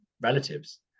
relatives